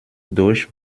durch